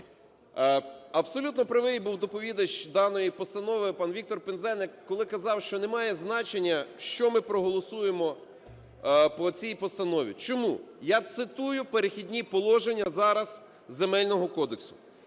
Абсолютно правий був доповідач даної постанови пан Віктор Пинзеник, коли казав, що немає значення, що ми проголосуємо по цій постанові. Чому? Я цитую "Перехідні положення" зараз Земельного кодексу: